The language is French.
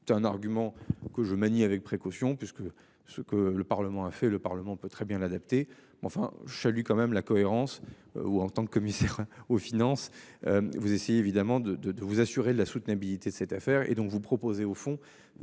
C'est un argument que je manie avec précaution puisque ce que le Parlement a fait le Parlement peut très bien l'adapter mais enfin je salue quand même la cohérence ou en tant que commissaire aux finances. Vous essayez évidemment de de de vous assurer la soutenabilité. C'est cette affaire et donc vous proposer au fond